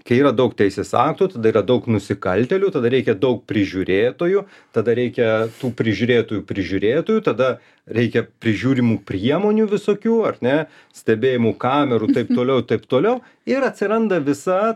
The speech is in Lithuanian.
kai yra daug teisės aktų tada yra daug nusikaltėlių tada reikia daug prižiūrėtojų tada reikia tų prižiūrėtojų prižiūrėtojų tada reikia prižiūrimų priemonių visokių ar ne stebėjimo kamerų taip toliau taip toliau ir atsiranda visa